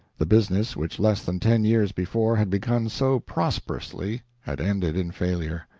the business which less than ten years before had begun so prosperously had ended in failure.